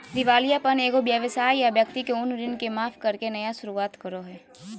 दिवालियापन एगो व्यवसाय या व्यक्ति के उन ऋण के माफ करके नया शुरुआत करो हइ